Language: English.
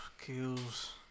kills